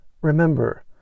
remember